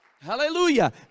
Hallelujah